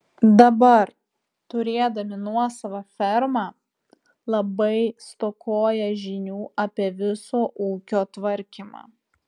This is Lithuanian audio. dabar turėdami nuosavą fermą labai stokoja žinių apie viso ūkio tvarkymą